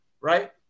right